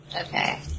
Okay